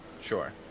sure